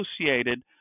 associated